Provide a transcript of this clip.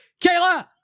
Kayla